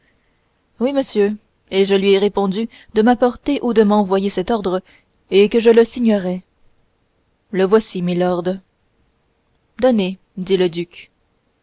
oui monsieur et je lui ai répondu de m'apporter ou de m'envoyer cet ordre et que je le signerais le voici milord donnez dit le duc